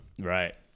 Right